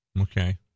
Okay